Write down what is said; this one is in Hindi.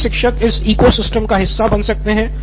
सभी शिक्षक इस eco system का हिस्सा बन सकते हैं